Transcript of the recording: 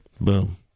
Boom